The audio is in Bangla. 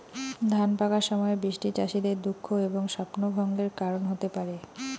ধান পাকার সময় বৃষ্টি চাষীদের দুঃখ এবং স্বপ্নভঙ্গের কারণ হতে পারে